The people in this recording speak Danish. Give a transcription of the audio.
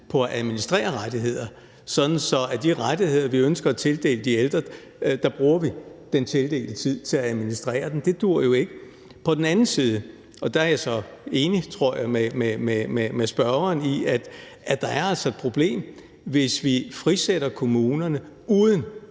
sådan at vi i forbindelse med de rettigheder, vi ønsker at tildele de ældre, bruger den tildelte tid til at administrere dem. Det duer jo ikke. På den anden side – og der er jeg så enig, tror jeg, med spørgeren – er det altså et problem, hvis vi frisætter kommunerne uden